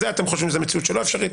אתם חושבים שזאת מציאות בלתי אפשרית,